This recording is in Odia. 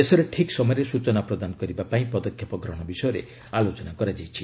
ଦେଶରେ ଠିକ୍ ସମୟରେ ସୂଚନା ପ୍ରଦାନ କରିବା ପାଇଁ ପଦକ୍ଷେପ ଗ୍ରହଣ ବିଷୟରେ ଆଲୋଚନା କରାଯାଇଛି